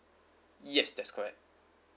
yes that's correct